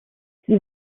sie